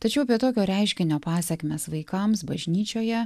tačiau apie tokio reiškinio pasekmes vaikams bažnyčioje